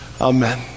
Amen